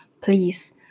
please